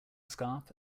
scarf